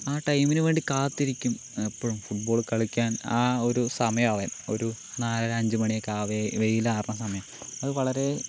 ആ ടൈമിനു വേണ്ടി കാത്തിരിക്കും എപ്പഴും ഫുട്ബോൾ കളിക്കാൻ ആ ഒരു സമയാവാൻ ഒരു നാലര അഞ്ചുമണിയൊക്കെ ആവേ വെയ്ലാറണ സമയം അത് വളരെ